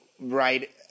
Right